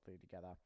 together